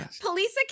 Police